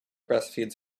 breastfeeds